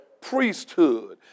priesthood